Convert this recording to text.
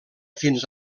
fins